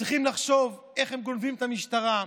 הם צריכים לחשוב איך הם גונבים את המשטרה,